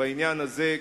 בעניין הזה,